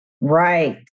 Right